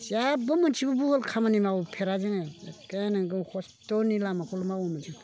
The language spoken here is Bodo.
जेबो मोनसेबो भुल खामानि मावफेरा जोङो एक्के नोंगौ खस्थ'नि लामाखौल' मावोमोन जों